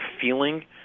feeling